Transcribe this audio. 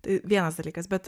tai vienas dalykas bet